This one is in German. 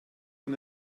von